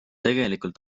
tegelikult